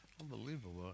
Unbelievable